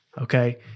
okay